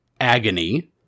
Agony